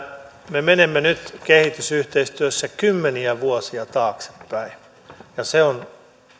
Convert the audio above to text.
me menemme nyt kehitysyhteistyössä kymmeniä vuosia taaksepäin ja se on